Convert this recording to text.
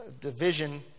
Division